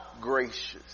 gracious